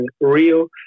Rio